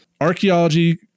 archaeology